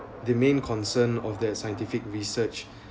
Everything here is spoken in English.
the main concern of that scientific research